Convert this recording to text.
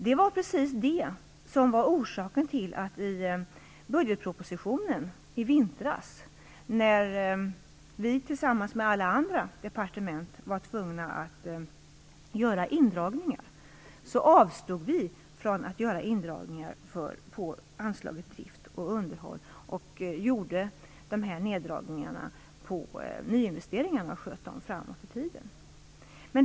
Det var precis det som var orsaken till att vi i budgetpropositionen i vintras, när Kommunikationsdepartementet tillsammans med alla andra departement var tvungna att göra indragningar, avstod från att göra indragningar på anslaget drift och underhåll och gjorde neddragningarna på nyinvesteringarna och sköt dem framåt i tiden.